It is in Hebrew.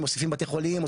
מוסיפים בתי חולים,